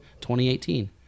2018